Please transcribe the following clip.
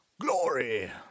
Glory